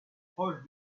proche